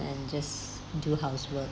and just do housework